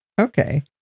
Okay